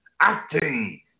Acting